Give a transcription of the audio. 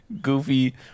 goofy